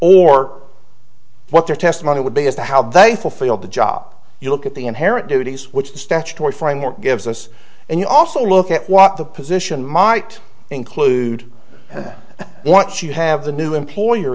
or what their testimony would be as to how they fulfilled the job you look at the inherent duties which the statutory framework gives us and you also look at what the position might include and once you have the new employer